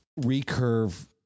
recurve